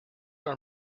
are